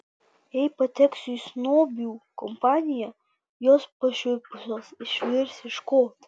jei pateksiu į snobių kompaniją jos pašiurpusios išvirs iš koto